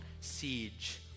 siege